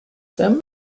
them